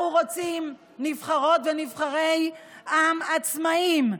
אנחנו רוצים נבחרות ונבחרי עם עצמאיים,